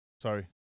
Sorry